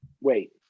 wait